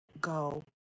go